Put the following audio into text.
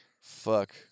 Fuck